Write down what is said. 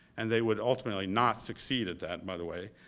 and they would ultimately not succeed at that by the way.